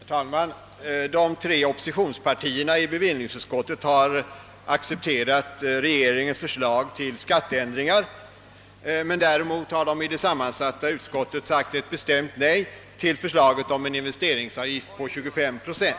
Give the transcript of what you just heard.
Herr talman! De tre oppositionspartierna har i bevillningsutskottet accepterat regeringens förslag till skatteändringar, men däremot har de i det sammansatta utskottet sagt ett bestämt nej till förslaget om en investeringsavgift på 25 procent.